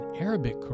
Arabic